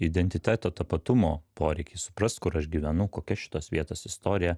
identiteto tapatumo poreikis suprast kur aš gyvenu kokia šitos vietos istorija